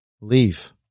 Leave